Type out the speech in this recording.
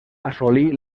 assolí